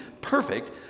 perfect